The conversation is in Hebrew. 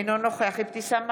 אינו נוכח אבתיסאם מראענה,